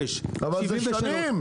66, 73. אבל זה שנים.